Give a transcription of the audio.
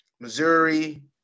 Missouri